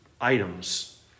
items